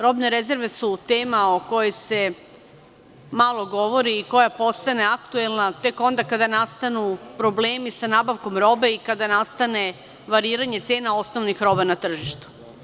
Robne rezerve su tema o kojoj se malo govori i koja postane aktuelna tek onda kada nastanu problemi sa nabavkom robe i kada nastane variranje cena osnovnih roba na tržištu.